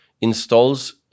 installs